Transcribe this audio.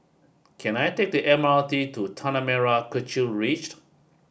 can I take the M R T to Tanah Merah Kechil Ridge